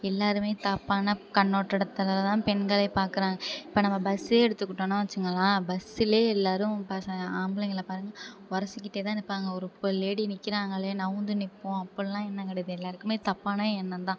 எல்லாேருமே தப்பான கண்ணோட்டத்தில் தான் பெண்களை பார்க்குறாங்க இப்போ நம்ம பஸ்ஸே எடுத்துக்கிட்டோன்னால் வச்சுங்களேன் பஸ்சிலே எல்லாேரும் பசங்கள் ஆம்பளைங்களை பாருங்க உரசிக்கிட்டே தான் நிற்பாங்க ஒரு இப்போ லேடி நிற்கிறாங்களே நகந்து நிற்போம் அப்படிலாம் எண்ணம் கிடையாது எல்லாேருக்குமே தப்பான எண்ணம் தான்